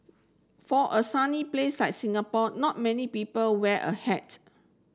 for a sunny place like Singapore not many people wear a hat